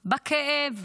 בכאב,